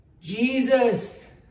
Jesus